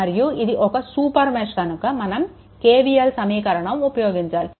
మరియు ఇది ఒక సూపర్ మెష్ కనుక మనం KVL సమీకరణం ఉపయోగించాలి